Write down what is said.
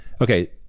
okay